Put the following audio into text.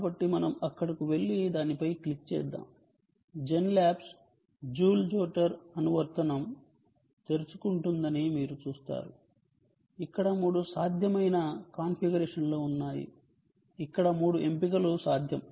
కాబట్టి మనం అక్కడకు వెళ్లి దానిపై క్లిక్ చేద్దాం జెన్లాబ్స్ జూల్ జోటర్ అనువర్తనం తెరుచుకుంటుందని మీరు చూస్తారు ఇక్కడ మూడు సాధ్యమైన కాన్ఫిగరేషన్లు ఉన్నాయి ఇక్కడ మూడు ఎంపికలు సాధ్యం